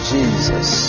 Jesus